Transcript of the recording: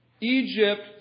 Egypt